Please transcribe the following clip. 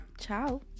ciao